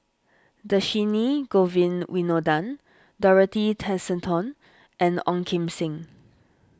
Dhershini Govin Winodan Dorothy Tessensohn and Ong Kim Seng